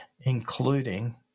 including